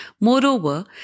Moreover